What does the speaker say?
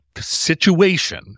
situation